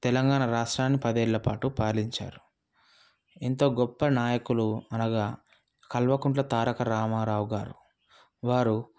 తెలంగాణ రాష్ట్రాన్ని పదేళ్ళ పాటు పాలించారు ఇంత గొప్ప నాయకులు అనగా కల్వకుంట్ల తారక రామారావు గారు వారు